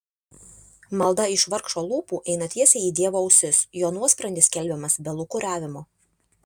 malda iš vargšo lūpų eina tiesiai į dievo ausis jo nuosprendis skelbiamas be lūkuriavimo